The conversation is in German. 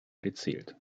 gezählt